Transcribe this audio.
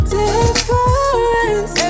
difference